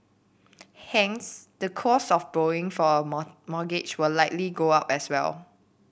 hence the cost of borrowing for a mortgage will likely go up as well